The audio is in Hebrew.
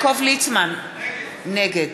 נגד